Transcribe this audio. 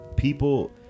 people